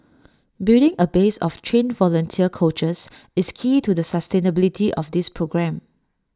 building A base of trained volunteer coaches is key to the sustainability of this programme